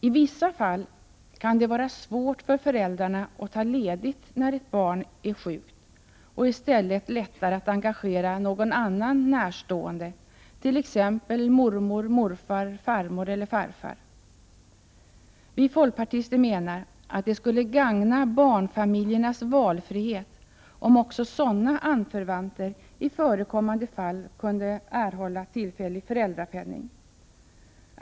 I vissa fall kan det vara svårt för föräldrarna att ta ledigt när ett barn är sjukt och i stället lättare att engagera någon annan närstående, t.ex. mormor, morfar, farmor eller farfar. Vi folkpartister menar att det skulle gagna barnfamiljernas valfrihet om också sådana anförvanter i förekommande fall kunde erhålla tillfällig föräldrapenning.